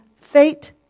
fate